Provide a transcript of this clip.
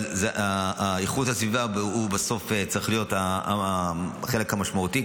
ואיכות הסביבה בסוף צריכים להיות החלק המשמעותי